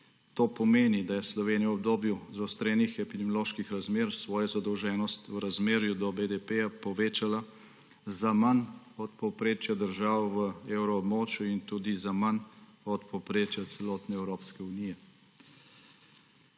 To pomeni, da je Slovenija v obdobju zaostrenih epidemioloških razmer svojo zadolženost v razmerju do BDP povečala za manj od povprečja držav v evroobmočju in tudi za manj od povprečja celotne Evropske unije.